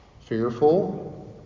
fearful